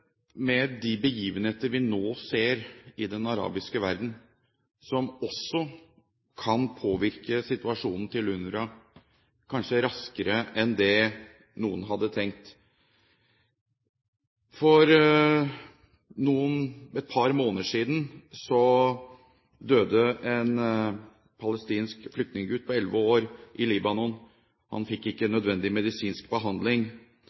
med de begivenhetene vi nå ser i den arabiske verden, som også kan påvirke situasjonen til UNRWA, kanskje raskere enn noen hadde tenkt. For et par måneder siden døde en palestinsk flyktninggutt på elleve år i Libanon; han fikk ikke nødvendig medisinsk behandling.